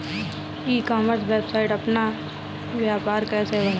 ई commerce website बनाकर अपना व्यापार कैसे बढ़ाएँ?